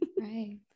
right